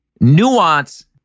nuance